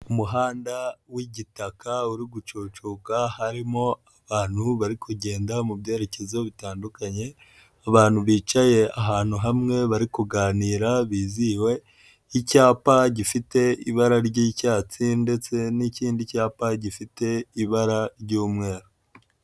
Umuhanda w'igitaka uri gucocoka harimo abantu bari kugenda mu byerekezo bitandukanye, abantu bicaye ahantu hamwe bari kuganira bizihiwe, icyapa gifite ibara ry'icyatsi ndetse n'ikindi cyapa gifite ibara ry'umweru.